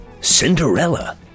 Cinderella